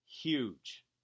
huge